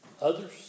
Others